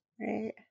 Right